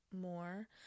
more